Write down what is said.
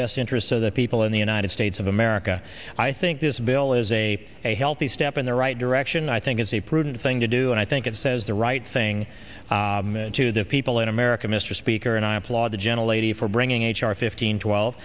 best interests of the people in the united states of america i think this bill is a a healthy step in the right direction i think is a prudent thing to do and i think it says the right thing to the people in america mr speaker and i applaud the gentle lady for bringing h r fifteen twelve